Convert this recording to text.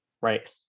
right